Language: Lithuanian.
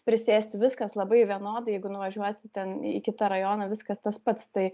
prisėsti viskas labai vienodai jeigu nuvažiuosi ten į kitą rajoną viskas tas pats tai